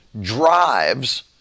drives